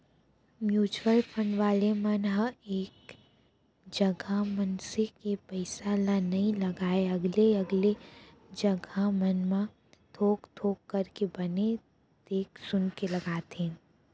mutual fund वाले मन ह एक जगा मनसे के पइसा ल नइ लगाय अलगे अलगे जघा मन म थोक थोक करके बने देख सुनके लगाथे